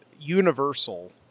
universal